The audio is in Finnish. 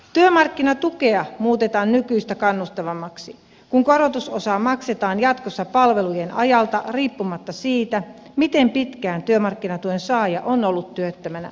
työmarkkinatukea muutetaan nykyistä kannustavammaksi kun korotusosaa maksetaan jatkossa palvelujen ajalta riippumatta siitä miten pitkään työmarkkinatuen saaja on ollut työttömänä